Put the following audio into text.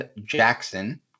Jackson